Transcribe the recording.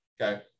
Okay